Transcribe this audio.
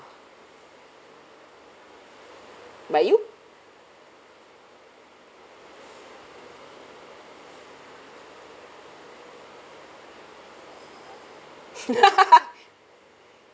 but you